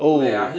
oh